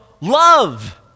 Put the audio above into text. love